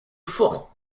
fort